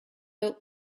old